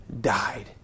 died